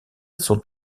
sont